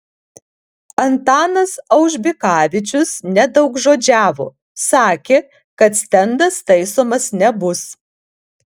antanas aužbikavičius nedaugžodžiavo sakė kad stendas taisomas nebus